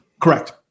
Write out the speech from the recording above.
Correct